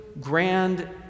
grand